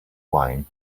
wine